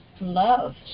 love